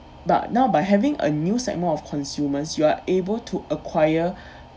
but now by having a new segment of consumers you are able to acquire